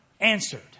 answered